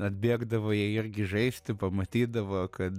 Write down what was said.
atbėgdavo jie irgi žaisti pamatydavo kad